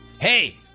Hey